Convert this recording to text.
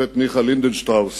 השופט מיכה לינדנשטראוס